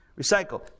recycle